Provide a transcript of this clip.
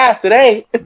today